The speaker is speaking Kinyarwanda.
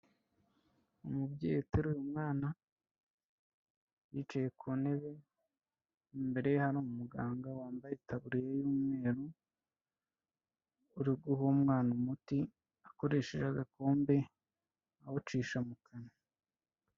Umubyeyi uteruye umwana, yicaye ku ntebe, imbere ye hari umuganga wambaye itaburiya y'umweru, uri guha umwana umuti akoresheje agakombe awucisha mu kanwa.